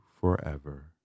forever